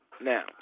Now